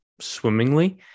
swimmingly